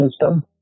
system